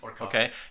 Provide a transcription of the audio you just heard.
Okay